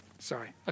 Sorry